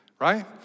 right